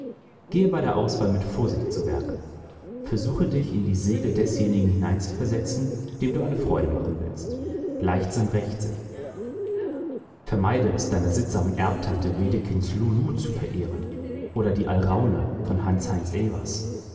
bei der auswahl mit vorsicht zu werke versuche dich in die seele desjenigen hineinzuversetzen dem du eine freude machen willst leichtsinn rächt sich vermeide es deiner sittsamen erbtante wedekinds lulu zu verehren oder die alraune von hanns heinz